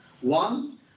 One